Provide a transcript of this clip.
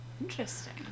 Interesting